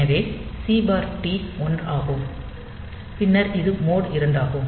எனவே C D 1 ஆகும் பின்னர் இது மோட் 2 ஆகும்